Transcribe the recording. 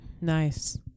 nice